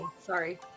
Sorry